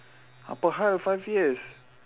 apa hal five years